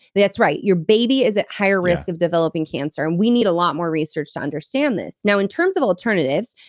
that's right. your baby is at higher risk of developing cancer. and we need a lot more research to understand this now, in terms of alternatives,